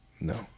no